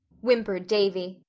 whimpered davy.